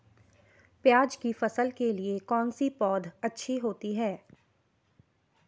प्याज़ की फसल के लिए कौनसी पौद अच्छी होती है?